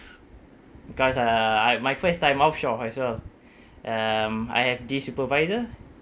because uh I my first time offshore as well um I have this supervisor